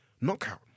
knockout